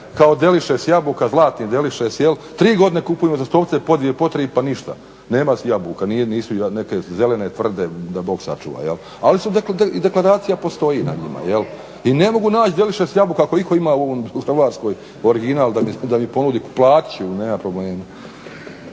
kao delišes jabuka, zlatni delišes jel', tri godine kupujem doslovce po dvije, po tri pa ništa, nema jabuka. Nisu, neke su zelene, tvrde da Bog sačuva. Ali deklaracija postoji na njima jel'. I ne mogu naći delišes jabuke. Ako itko ima u Hrvatskoj original da mi ponudi, platit ću nema problema.